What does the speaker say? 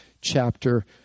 chapter